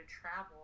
travel